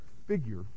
figure